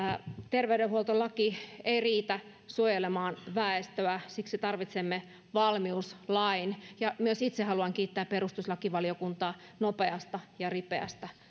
terveydenhuoltolaki ei riitä suojelemaan väestöä ja siksi tarvitsemme valmiuslain myös itse haluan kiittää perustuslakivaliokuntaa nopeasta ja ripeästä